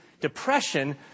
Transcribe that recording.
depression